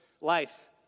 life